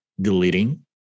deleting